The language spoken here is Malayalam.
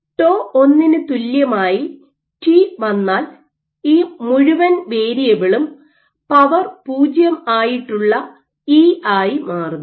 ടോ 1 ന് തുല്യമായി ടി വന്നാൽ ഈ മുഴുവൻ വേരിയബിളും പവർ 0 ആയിട്ടുള്ള ഇ ആയി മാറുന്നു